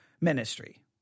ministry